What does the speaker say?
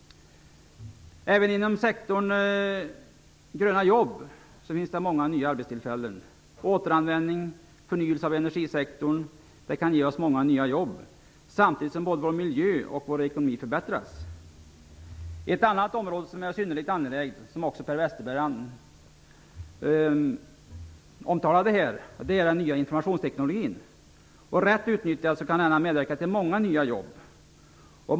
Även inom sektorn "gröna jobb" finns det många arbetstillfällen. Återanvändning och förnyelse av energisektorn kan ge oss många nya jobb samtidigt som både vår miljö och vår ekonomi förbättras. Ett annat område som är synnerligen angeläget och som också Per Westerberg omtalade är den nya informationsteknologin. Rätt utnyttjad kan den medverka till att det skapas många nya jobb.